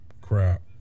crap